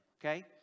Okay